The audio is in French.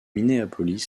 minneapolis